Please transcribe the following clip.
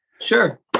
Sure